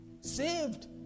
saved